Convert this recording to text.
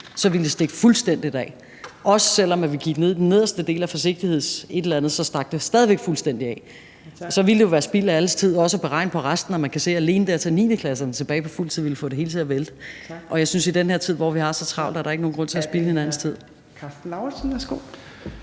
ville det stikke fuldstændig af. Også selv om vi var i den nederste del i forhold til forsigtighed, stak det stadig væk fuldstændig af. Så det ville jo være spild af alles tid også at beregne på resten, når man kan se, at alene det at tage 9.-klasserne tilbage på fuld tid ville få det hele til at vælte. Og jeg synes, at der i den her tid, hvor vi har så travlt, ikke er nogen grund til at spilde hinandens tid.